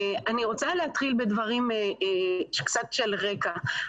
אני רוצה להתחיל בקצת רקע.